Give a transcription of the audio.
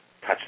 Touch